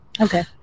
Okay